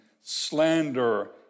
slander